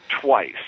twice